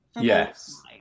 Yes